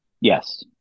Yes